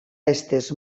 estès